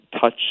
touch